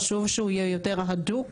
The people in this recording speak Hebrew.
חשוב שהוא יהיה יותר הדוק.